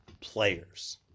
players